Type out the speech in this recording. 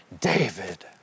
David